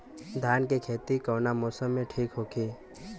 धान के खेती कौना मौसम में ठीक होकी?